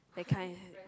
that kind